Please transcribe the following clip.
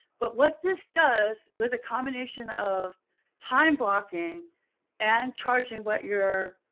but what this does with a combination of time blocking and charging what you're.